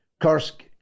Kursk